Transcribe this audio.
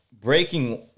breaking